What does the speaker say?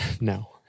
No